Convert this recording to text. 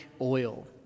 oil